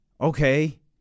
Okay